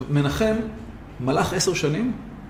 מנחם מלך עשר שנים